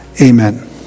Amen